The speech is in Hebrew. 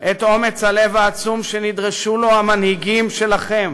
את אומץ הלב העצום שנדרשו לו המנהיגים שלכם